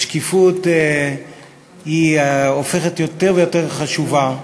השקיפות הופכת יותר ויותר חשובה,